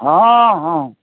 ହଁ ହଁ